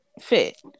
fit